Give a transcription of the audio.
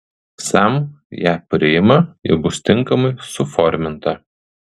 sam ją priima ji bus tinkamai suforminta